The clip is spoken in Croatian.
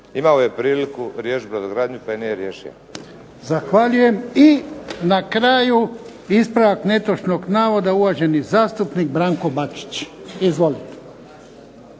imao je priliku riješiti brodogradnju pa je nije riješio. **Jarnjak, Ivan (HDZ)** Zahvaljujem. I na kraju ispravak netočnog navoda uvažani zastupnik Branko Bačić. Izvolite.